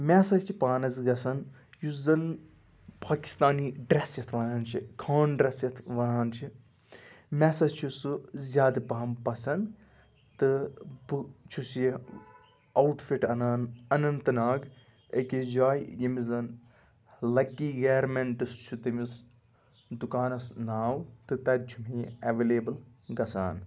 مےٚ ہَسا چھِ پانَس گژھان یُس زَن پاکِستانی ڈرٛیٚس یَتھ وَنان چھِ خان ڈرٛیٚس یَتھ وَنان چھِ مےٚ ہَسا چھُ سُہ زیادٕ پَہَم پَسَنٛد تہٕ بہٕ چھُس یہِ آوُٹ فِٹ اَنان اَننت ناگ أکِس جایہِ ییٚمِس زَن لَکی گارمیٚنٛٹٕس چھُ تٔمِس دُکانَس ناو تہٕ تَتہِ چھُ مےٚ یہِ ایٚویلیبٕل گژھان